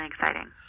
exciting